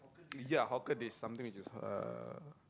ya hawker dish something which is uh